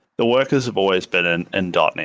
the workers have always been in and net,